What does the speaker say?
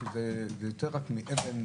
וזה יותר רק מאבן,